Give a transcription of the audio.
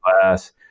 class